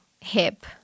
hip